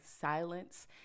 silence